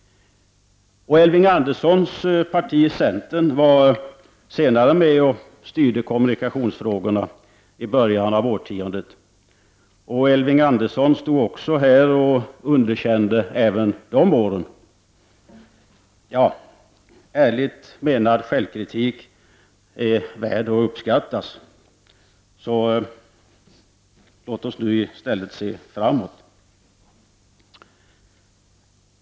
Och Elving Anderssons parti, centern, var senare i början av årtiondet med och styrde beträffande kommunikationsfrågorna. Han stod nu här och underkände politiken även under dessa år. Ja, ärligt menad självkritik är värd att uppskattas, så låt oss nu i stället se framåt.